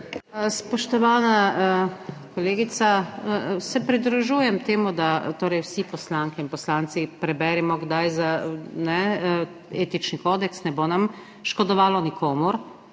Spoštovana kolegica, se pridružujem temu, da torej vsi poslanke in poslanci preberemo kdaj za, ne, etični kodeks, ne bo nam škodovalo nikomur